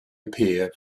appear